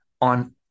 on